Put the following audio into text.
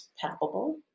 palpable